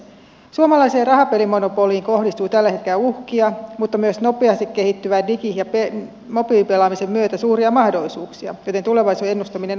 suomalaiseen rahapelimonopoliin kohdistuu tällä hetkellä uhkia mutta myös nopeasti kehittyvän digi ja mobiilipelaamisen myötä suuria mahdollisuuksia joten tulevaisuuden ennustaminen on vaikeaa